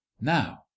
Now